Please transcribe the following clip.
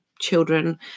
Children